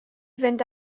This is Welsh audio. fynd